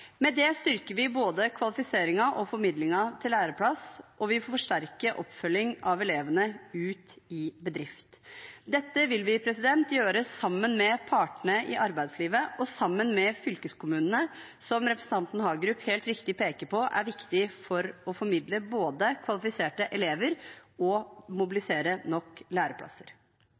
Med det styrker vi både kvalifiseringen og formidlingen til læreplass, og vi vil forsterke oppfølgingen av elevene ut i bedrift. Dette vil vi gjøre sammen med partene i arbeidslivet og sammen med fylkeskommunene, som representanten Hagerup helt riktig peker på er viktig for både å formidle kvalifiserte elever og mobilisere nok læreplasser.